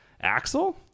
Axel